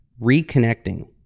reconnecting